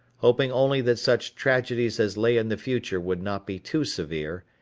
hoping only that such tragedies as lay in the future would not be too severe,